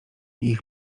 ich